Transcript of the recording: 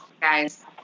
guys